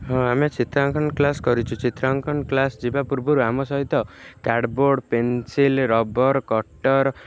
ହଁ ଆମେ ଚିତ୍ରାଙ୍କନ କ୍ଲାସ କରିଛୁ ଚିତ୍ରାଙ୍କନ କ୍ଲାସ ଯିବା ପୂର୍ବରୁ ଆମ ସହିତ କାର୍ଡ଼ବୋର୍ଡ଼ ପେନସିଲ ରବର କଟର